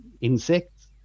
insects